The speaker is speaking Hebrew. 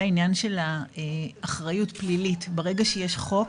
העניין של האחריות הפלילית: ברגע שיש חוק,